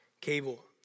cable